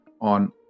on